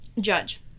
judge